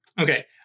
Okay